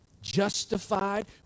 justified